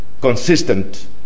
consistent